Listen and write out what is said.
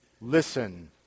Listen